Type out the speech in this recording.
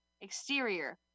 Exterior